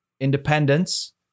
independence